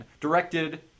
directed